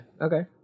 Okay